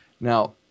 Now